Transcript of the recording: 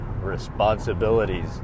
responsibilities